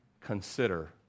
consider